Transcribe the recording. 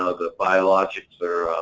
ah the biologics are.